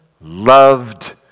loved